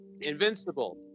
Invincible